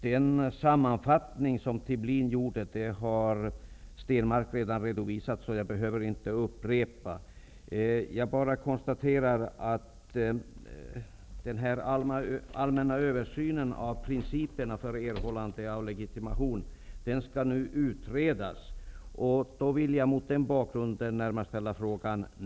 Den sammanfattning som Tibblin skrev har Per Stenmarck redan redovisat, så jag skall inte upprepa den. Jag konstaterar att den allmänna översynen av principerna för erhållande av legitimation skall utredas.